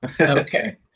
Okay